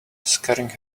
scaring